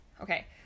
Okay